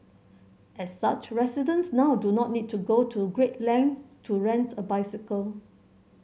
as such residents now do not need to go to great lengths to rent a bicycle